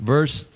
Verse